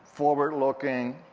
forward looking